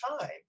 time